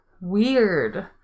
weird